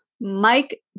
Mike